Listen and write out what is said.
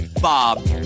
Bob